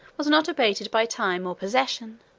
was not abated by time or possession